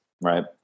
Right